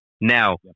Now